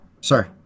sorry